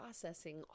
processing